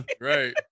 Right